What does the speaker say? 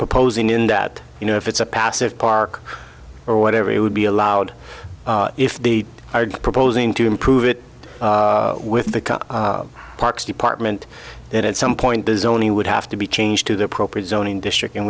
proposing in that you know if it's a passive park or whatever it would be allowed if they are proposing to improve it with the parks department that at some point does only would have to be changed to the appropriate zoning district